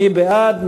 מי בעד?